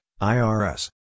IRS